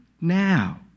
now